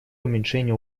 уменьшения